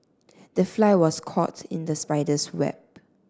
the fly was caught in the spider's web